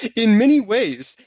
in many ways,